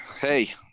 Hey